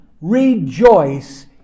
rejoice